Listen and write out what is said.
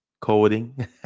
coding